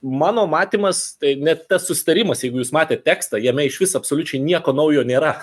mano matymas tai net tas susitarimas jeigu jūs matėt tekstą jame išvis absoliučiai nieko naujo nėra